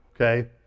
okay